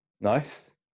Nice